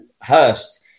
Hurst